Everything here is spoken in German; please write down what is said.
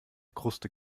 kruste